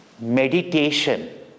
meditation